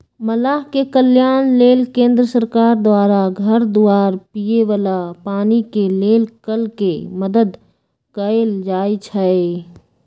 मलाह के कल्याण लेल केंद्र सरकार द्वारा घर दुआर, पिए बला पानी के लेल कल के मदद कएल जाइ छइ